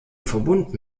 verbunden